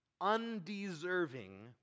undeserving